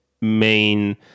main